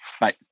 Bye